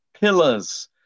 pillars